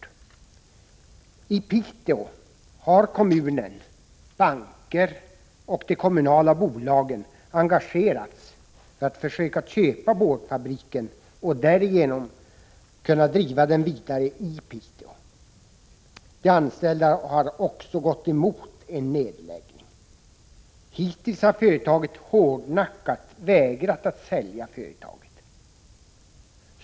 I Piteå har kommunen, banker och de kommunala bolagen engagerats för att försöka köpa boardfabriken för att därigenom driva den vidare i Piteå. De anställda har också gått emot en nedläggning. Hittills har man hårdnackat vägrat att sälja företaget.